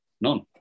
None